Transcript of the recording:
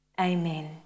Amen